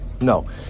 No